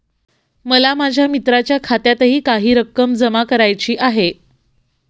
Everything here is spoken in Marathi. मला माझ्या मित्राच्या खात्यातही काही रक्कम जमा करायची आहे